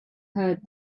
heard